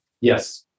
Yes